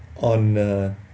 on